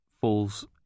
falls